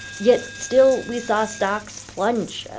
yet still, we saw stocks plunge.